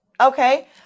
Okay